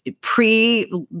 pre